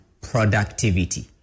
productivity